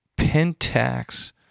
Pentax